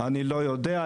אני לא יודע.